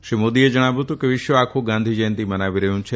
શ્રી મોદીએ જણાવ્યું હતું કે વિશ્વ આખું ગાંધી જ્યંતિ મનાવી રહ્યું છે